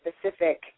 specific